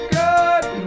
good